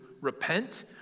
repent